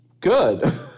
Good